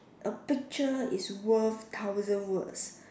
a picture is worth thousand words